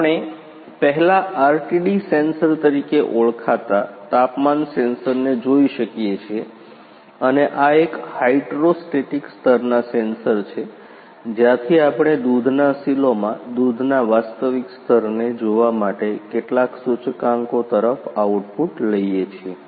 આપણે પહેલા RTD sensor તરીકે ઓળખાતા તાપમાન સેન્સરને જોઈ શકીએ છીએ અને આ એક હાયડ્રોસ્ટેટિક સ્તરના સેન્સર છે જ્યાંથી આપણે દૂધના સિલોમાં દૂધના વાસ્તવિક સ્તરને જોવા માટે કેટલાક સૂચકાંકો તરફ આઉટપુટ લઈએ છીએ